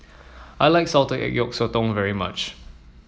I like Salted Egg Yolk Sotong very much